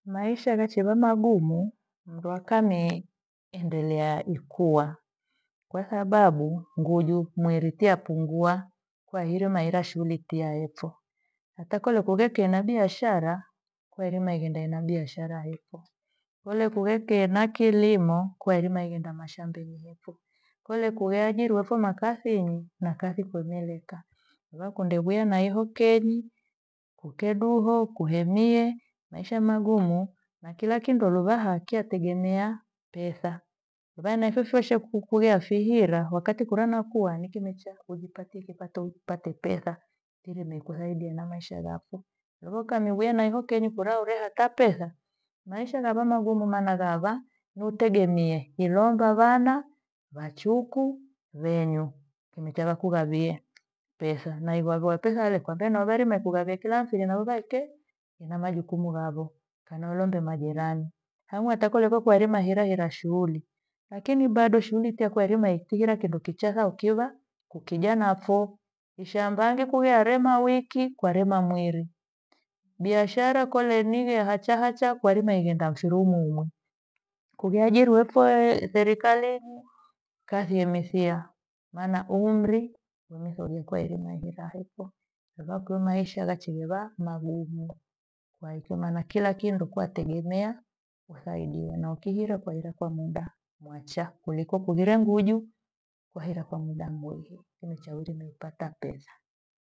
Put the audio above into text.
Maisha ghachiva magumu mndu akamiendelea ikuha kwa sababu nguju mwiri ti apungua kwa hirima ihira shughuli tiayovo. Ata kole kugheke ena biashara kwa hirima ighenda ena biashara huko. Kole kughetie ena kilimo kwa hirima ighenda meshamba heko. Kole kugheajiriwa pho makathini na kathi kuenyeneka. Rua kwende wia na hio kenyi ukeduho kughemie maisha magumu na kila kindololo luvaha chategemea pesa. Vana pho vashakukughea fihira wakati kura nakua nikimecha kujipatie kipato upate pesa tirime ikuthaidie na maishaa vakwo. Urokamiwia na hio kenyi kura ure hata pesa maisha gava magumu maana gaava mwitegemie hilondwa vana, vachuku wenu. Kindo chaka kugavie pesa na igoa goa pesa hela kwandenoveri mekugha vekila hamsini naudha kei hena majuku vavo kana ulombe majirani. Namuata kole kwaka herima hera hera shughuli, lakini bado shughuli tekwairima, ikighira kindu kichaa hasa ukiwa kukijana pho. Ishamba ndikwia harema wiki kwarema mweri. Biashara kole nighe hacha hacha kwairime nighenda mfiru umweumwe. Kugheajiriwa pho- eh serikalinyi kathi emithia maana umri umethogea kwairima ajira hokwio luvakwie maisha gachiviva magumu. Na ikyo mana kila kindu kwatemea kuthaidiwa na ukihirwa kwahirwa kwa muda mwacha, kuliko kughira nguju kwahira kwa muda mrefu niuchure niupata pesa.